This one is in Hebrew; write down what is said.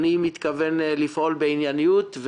אני מתכוון לפעול בענייניות,